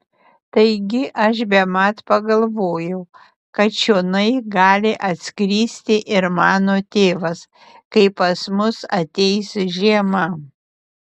taigi aš bemat pagalvojau kad čionai gali atskristi ir mano tėvas kai pas mus ateis žiema